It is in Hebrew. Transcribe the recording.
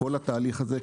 כל התהליך הזה,